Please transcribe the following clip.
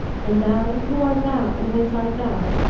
and thou, who art thou and whence art thou?